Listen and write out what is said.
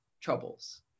troubles